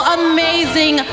amazing